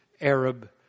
Arab